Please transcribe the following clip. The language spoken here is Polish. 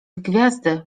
gwiazdy